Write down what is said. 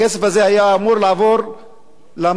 הכסף הזה היה אמור לעבור למצוקות,